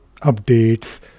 updates